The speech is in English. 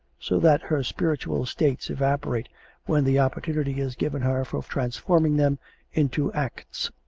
so that her spiritual states evaporate when the opportunity is given her for transforming them into acts.